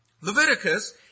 Leviticus